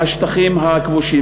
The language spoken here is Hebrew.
מהשטחים הכבושים.